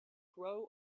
crow